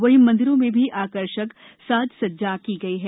वहीं मंदिरों में भी आकर्षक साज सज्जा की गई है